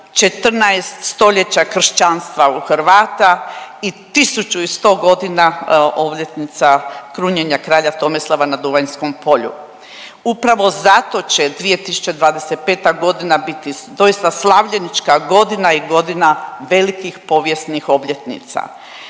14 stoljeća kršćanstva u Hrvata i 1100 godina obljetnica krunjenja kralja Tomislava na Duvanjskom polju. Upravo zato će 2025. godina biti doista slavljenička godina i godina velikih povijesnih obljetnica.